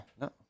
No